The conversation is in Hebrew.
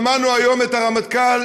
שמענו היום את הרמטכ"ל,